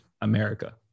America